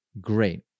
Great